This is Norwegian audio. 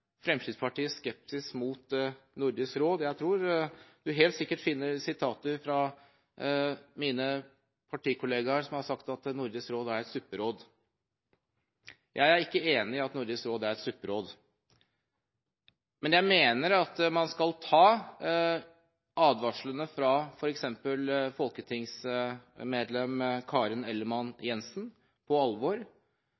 skepsis mot Nordisk råd. Jeg tror du helt sikkert vil finne sitater fra mine partikolleger som har sagt at Nordisk råd er et supperåd. Jeg er ikke enig i at Nordisk råd er et supperåd. Men jeg mener at man skal ta advarslene fra f.eks. folketingsmedlem